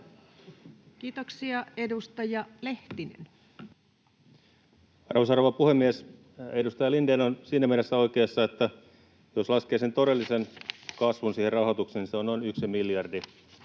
Time: 16:23 Content: Arvoisa rouva puhemies! Edustaja Lindén on siinä mielessä oikeassa, että jos laskee sen todellisen kasvun siihen rahoitukseen, niin se on noin yksi miljardi.